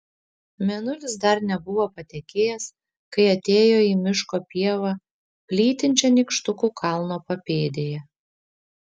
mėnulis dar nebuvo patekėjęs kai atėjo į miško pievą plytinčią nykštukų kalno papėdėje